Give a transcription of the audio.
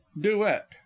duet